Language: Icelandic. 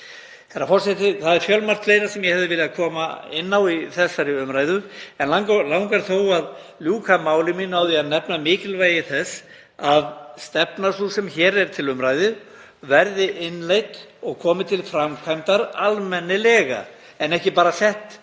Það er fjölmargt fleira sem ég hefði viljað koma inn á í þessari umræðu en langar þó að ljúka máli mínu á því að nefna mikilvægi þess að stefna sú sem hér er til umræðu verði innleidd og hún komi til framkvæmdar almennilega en verði ekki bara sett